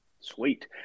Sweet